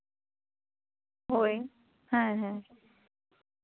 ᱦᱳᱭ ᱦᱮᱸ ᱦᱮᱸ